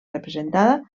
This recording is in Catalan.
representada